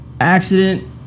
Accident